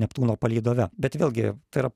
neptūno palydove bet vėlgi tai yra